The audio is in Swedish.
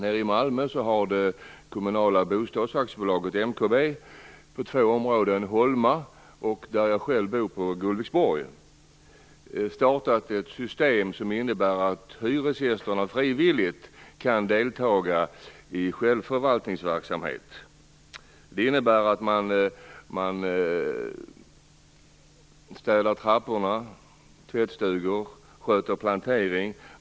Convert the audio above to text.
I Malmö har det kommunala bostadsaktiebolaget, MKB, i två områden, Holma och Gullviksborg där jag själv bor, startat ett system som innebär att hyresgästerna frivilligt kan delta i självförvaltningsverksamhet. Det innebär att man städar trappor och tvättstugor och sköter plantering.